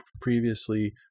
previously